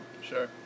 Sure